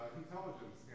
intelligence